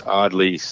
oddly